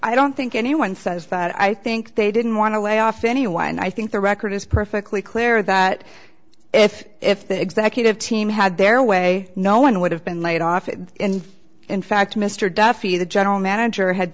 i don't think anyone says but i think they didn't want to lay off anyone and i think the record is perfectly clear that if if the executive team had their way no one would have been laid off and in fact mr duffy the general manager had